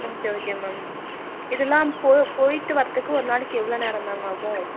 okay okay ma'am இதெலாம் போ போயிவிட்டு வர்றதுக்கு ஒரு நாளைக்கு எவ்வளவோ நேரம் மேம் ஆகும்